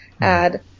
add